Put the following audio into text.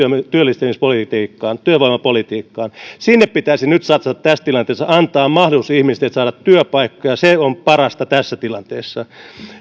työllistämispolitiikkaan työvoimapolitiikkaan sinne pitäisi nyt satsata tässä tilanteessa antaa mahdollisuus ihmisille saada työpaikka ja se on parasta tässä tilanteessa